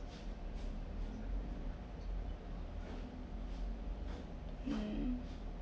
mm